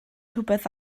rhywbeth